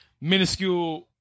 Minuscule